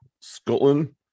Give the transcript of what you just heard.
Scotland